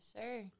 Sure